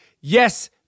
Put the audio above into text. Yes